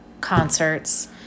concerts